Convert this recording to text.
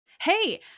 Hey